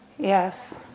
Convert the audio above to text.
Yes